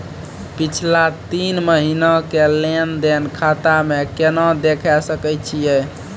पिछला तीन महिना के लेंन देंन खाता मे केना देखे सकय छियै?